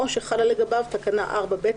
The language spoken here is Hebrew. או שחלה לגביו תקנה 4(ב)